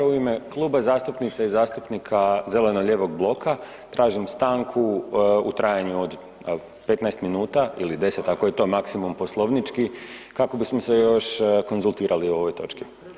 U ime Kluba zastupnica i zastupnika zeleno-lijevog bloka tražim stanku u trajanju od 15 minuta ili 10 ako je to maksimum poslovnički, kako bismo se još konzultirali o ovoj točki.